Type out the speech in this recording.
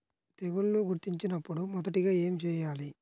తెగుళ్లు గుర్తించినపుడు మొదటిగా ఏమి చేయాలి?